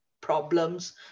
problems